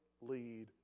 lead